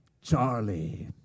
Charlie